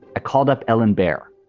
i called up ellen baer.